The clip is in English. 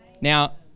Now